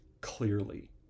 clearly